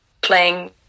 playing